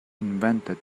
invented